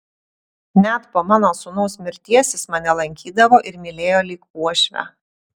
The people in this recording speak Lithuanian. net po mano sūnaus mirties jis mane lankydavo ir mylėjo lyg uošvę